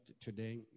today